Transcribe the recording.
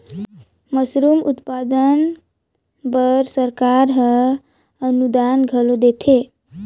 mushroom उत्पादन बर सरकार हर अनुदान घलो देथे